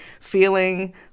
feeling